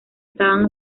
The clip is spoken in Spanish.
estaban